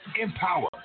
empower